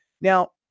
Now